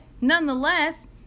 nonetheless